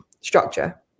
structure